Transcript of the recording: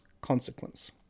consequence